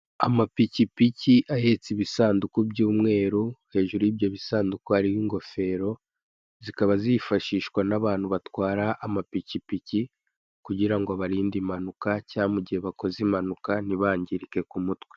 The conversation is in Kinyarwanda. Amapikipiki ahetse ibisanduku by'umweru, hejuru y'ibyo bisanduka hariho ingofero zikaba zifashishwa n'abantu batawara amapikipiki kugira ngo abarinde impanuka cyangwa mu gihe bakoze impanuka ntibangirike ku mutwe.